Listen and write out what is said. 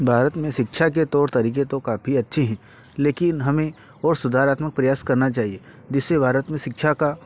भारत में शिक्षा के तौर तरीके तो काफ़ी अच्छे हैं लेकिन हमें और सुधारात्मक प्रयास करना चाहिए जिससे भारत में शिक्षा का